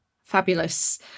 Fabulous